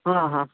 हा हा